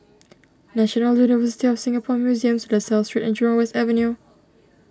National University of Singapore Museums La Salle Street and Jurong West Avenue